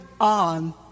on